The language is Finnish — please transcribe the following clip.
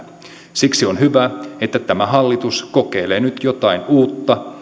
siksi on hyvä että tämä hallitus kokeilee nyt jotain uutta